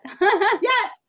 Yes